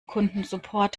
kundensupport